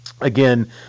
again